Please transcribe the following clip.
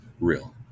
Real